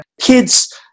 kids